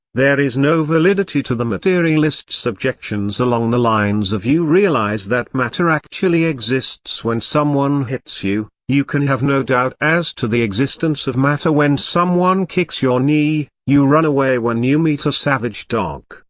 there is no validity to the materialists' objections along the lines of you realize that matter actually exists when someone hits you, you can have no doubt as to the existence of matter when someone kicks your knee, you run away when you meet a savage dog,